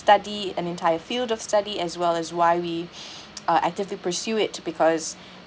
study an entire field of study as well as why we are actively pursue it to because